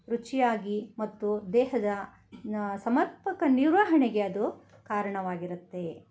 ರುಚಿಯಾಗಿ ಮತ್ತು ದೇಹದ ಸಮರ್ಪಕ ನಿರ್ವಹಣೆಗೆ ಅದು ಕಾರಣವಾಗಿರುತ್ತೆ